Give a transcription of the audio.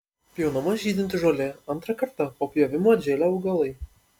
pjaunama žydinti žolė antrą kartą po pjovimo atžėlę augalai